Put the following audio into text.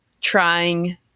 trying